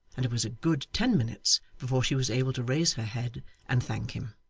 and it was a good ten minutes before she was able to raise her head and thank him.